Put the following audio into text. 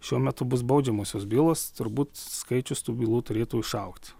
šiuo metu bus baudžiamosios bylos turbūt skaičius tų bylų turėtų išaugti